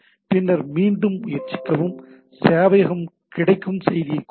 பின்னர் மீண்டும் முயற்சிக்கவும் சேவையகம் கிடைக்கும் தேதியைக் குறிப்பிடும்